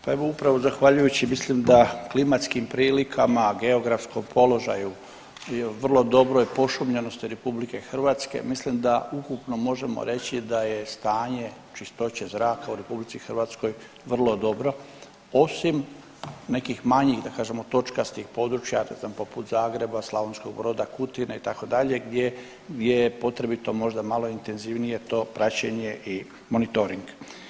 Pa evo upravo zahvaljujući mislim da klimatskim prilikama, geografskom položaju i vrlo dobroj pošumljenosti RH mislim da ukupno možemo reći da je stanje čistoće zraka u RH vrlo dobro, osim nekih manjih da kažem točkastih područja ne znam poput Zagreba, Slavonskog Broda, Kutine itd. gdje je potrebito možda malo intenzivnije to praćenje i monitoring.